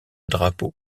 drapeaux